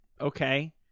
okay